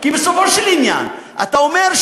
כי בסופו של עניין אתה אומר,